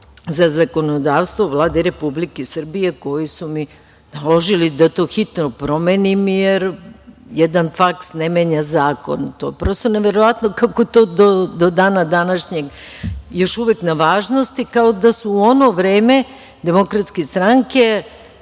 za zakonodavstvo, Vladi Republike Srbije koji su mi naložili da to hitno promenim, jer jedan faks ne menja zakon. Prosto je neverovatno kako je to do dana današnjeg još uvek na važnosti, kao da su u ono vreme DS, 2002.